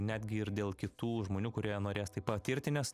netgi ir dėl kitų žmonių kurie norės tai patirti nes